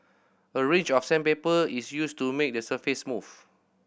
a range of sandpaper is used to make the surface smooth